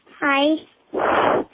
Hi